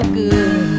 good